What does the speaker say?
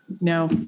No